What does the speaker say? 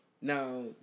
Now